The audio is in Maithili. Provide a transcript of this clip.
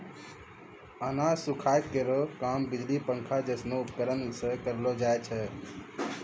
अनाज सुखाय केरो काम बिजली पंखा जैसनो उपकरण सें करलो जाय छै?